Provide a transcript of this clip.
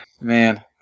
Man